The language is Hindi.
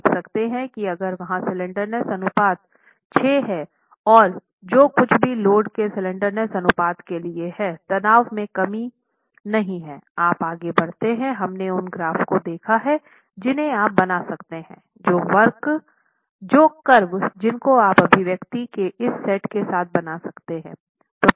आप देख सकते हैं कि अगर वहाँ स्लैंडरनेस अनुपात 6 है और जो कुछ भी लोड के स्लैंडरनेस अनुपात के लिए है तनाव में कोई कमी नहीं है आप आगे बढ़ते हैं हमने उन ग्राफ़ को देखा है जिन्हें आप बना सकते हैं वो कर्व जिनको आप अभिव्यक्ति के इस सेट के साथ बना सकते हैं